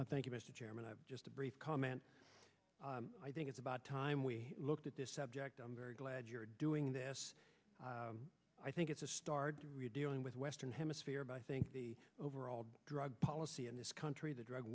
i thank you mr chairman i have just a brief comment i think it's about time we looked at this subject i'm very glad you're doing this i think it's a start dealing with western hemisphere but i think the overall drug policy in this country the drug